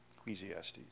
Ecclesiastes